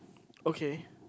okay